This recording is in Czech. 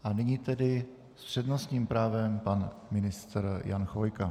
A nyní tedy s přednostním právem pan ministr Jan Chvojka.